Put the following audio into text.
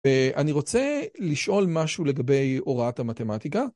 ואני רוצה לשאול משהו לגבי הוראת המתמטיקה.